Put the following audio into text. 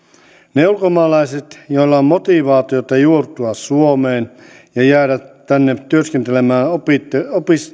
ne ulkomaalaiset joilla on motivaatiota juurtua suomeen ja jäädä tänne työskentelemään opintojen